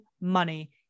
money